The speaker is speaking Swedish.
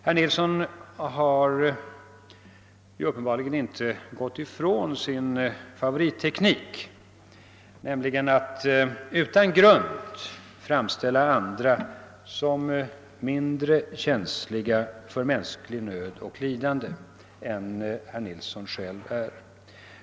Herr Nilsson har uppenbarligen inte gått ifrån sin favoritteknik, nämligen att utan grund framhäva andra som mindre känsliga för mänsklig nöd och mänskligt lidande än herr Nilsson själv är.